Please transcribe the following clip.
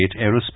aerospace